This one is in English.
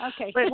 Okay